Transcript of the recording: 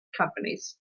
companies